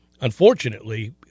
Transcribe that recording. unfortunately